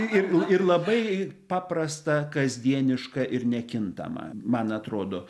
ir ir labai paprasta kasdieniška ir nekintama man atrodo